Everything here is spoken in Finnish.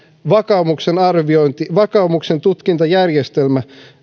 vakaumuksen arviointi ja tutkintajärjestelmä